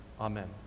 Amen